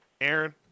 Aaron